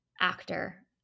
actor